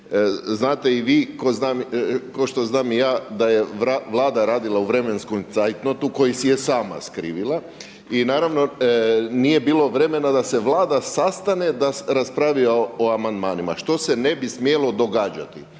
znate i vi kao što znam i ja da je Vlada radila u vremenskom cajtnotu koji si je sama skrivila. I naravno nije bilo vremena da se Vlada sastane da raspravi o amandmanima, što se ne bi smjelo događati.